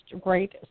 great